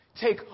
Take